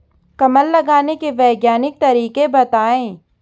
कमल लगाने के वैज्ञानिक तरीके बताएं?